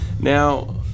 Now